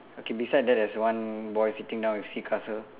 okay beside that there's one boy sitting down with sea castle